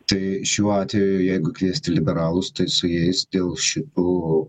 tai šiuo atveju jeigu kviesti liberalus tai su jais dėl šitų